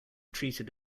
treated